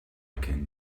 can